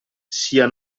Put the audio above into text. sia